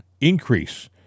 increase